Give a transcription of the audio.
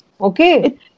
Okay